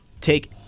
take